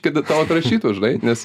kada tau rašytų žinai nes